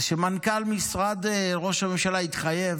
היושב-ראש, זה שמנכ"ל משרד ראש הממשלה התחייב